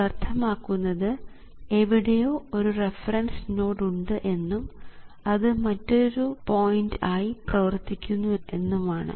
ഇത് അർത്ഥമാക്കുന്നത് എവിടെയോ ഒരു റഫറൻസ് നോഡ് ഉണ്ട് എന്നും അത് മറ്റൊരു ഒരു പോയിൻറ് ആയി പ്രവർത്തിക്കുന്നു എന്നുമാണ്